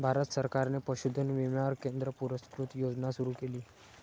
भारत सरकारने पशुधन विम्यावर केंद्र पुरस्कृत योजना सुरू केली